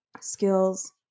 skills